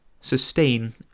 sustain